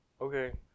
Okay